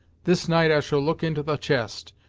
this night i shall look into the chest,